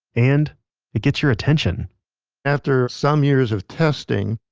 and it gets your attention after some years of testing,